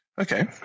Okay